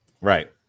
Right